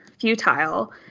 futile